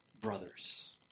brothers